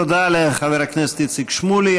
תודה לחבר הכנסת איציק שמולי.